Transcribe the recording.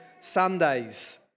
Sundays